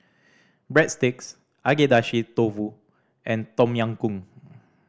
Breadsticks Agedashi Dofu and Tom Yam Goong